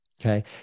okay